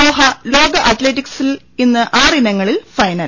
Doha ലോക അത്ലറ്റിക്സിൽ ഇന്ന് ആറിനങ്ങളിൽ ഫൈനൽ